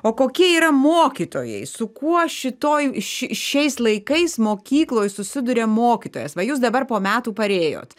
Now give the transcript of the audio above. o kokie yra mokytojai su kuo šitoj ši šiais laikais mokykloj susiduria mokytojas va jūs dabar po metų parėjot